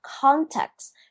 context